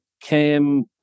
came